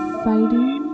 fighting